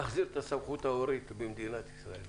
נחזיר את הסמכות ההורית במדינת ישראל.